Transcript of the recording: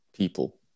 people